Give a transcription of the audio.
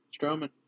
Stroman